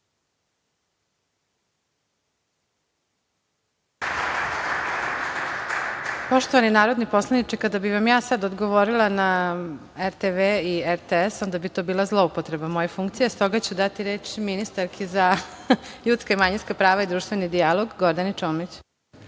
Poštovani narodni poslaniče, kada bi vam ja sada odgovorila na RTV i RTS, onda bi to bila zloupotreba moje funkcije, s toga ću dati reč ministarki za ljudska i manjinska prava i društveni dijalog, Gordani Čomić.